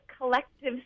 collective